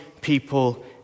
people